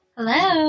Hello